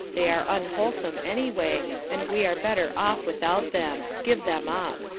they are unwholesome anyway, and we are better off without them. give them up.